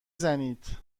زنید